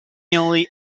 nearly